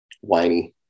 whiny